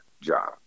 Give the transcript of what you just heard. job